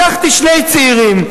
לקחתי שני צעירים: